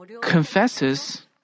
confesses